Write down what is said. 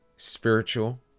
spiritual